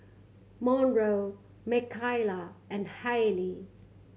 Monroe Mckayla and Hayley